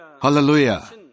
Hallelujah